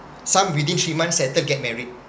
some within three months settle get married